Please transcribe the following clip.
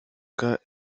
cas